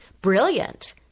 brilliant